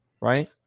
right